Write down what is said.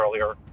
earlier